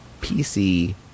PC